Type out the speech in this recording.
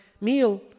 meal